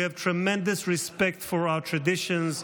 we have tremendous respect for our traditions,